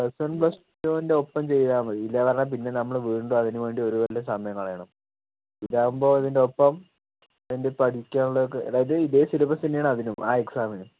plus one പ്ലസ്ടൂൻ്റെയൊപ്പം ചെയ്താൽ മതി ഇല്ല പറഞ്ഞാൽ പിന്നെ നമ്മള് വീണ്ടും അതിനു വേണ്ടി ഒരു കൊല്ലം സമയം കളയണം ഇതാകുമ്പോൾ ഇതിൻ്റെയൊപ്പം പഠിക്കാനുള്ളതൊക്കെ അതായത് ഇതേ സിലബസ് തന്നെയാണ് അതിനും ആ എക്സാമിനും